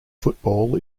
football